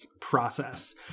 process